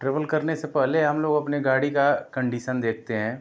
travel करने से पहले हम लोग अपने गाड़ी का कंडीसन देखते हैं